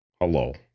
hello